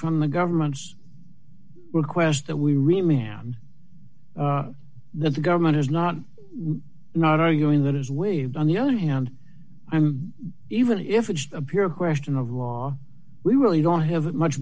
from the government's request that we remain now the government is not not arguing that is waived on the other hand even if it's a pure question of law we really don't have much